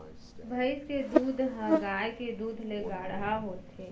भईंस के दूद ह गाय के दूद ले गाढ़ा होथे